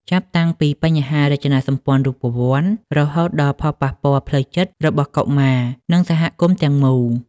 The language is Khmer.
ចាប់តាំងពីបញ្ហារចនាសម្ព័ន្ធរូបវន្ត រហូតដល់ផលប៉ះពាល់ផ្លូវចិត្តរបស់កុមារ និងសហគមន៍ទាំងមូល។